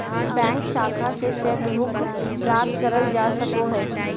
bank शाखा से cheque book प्राप्त करल जा सको हय